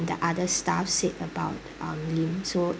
the other staff said about um lim so